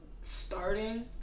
starting